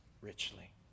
Richly